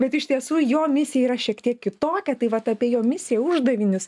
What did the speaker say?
bet iš tiesų jo misija yra šiek tiek kitokia tai vat apie jo misiją uždavinius